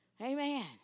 Amen